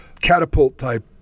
catapult-type